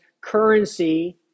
currency